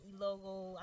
logo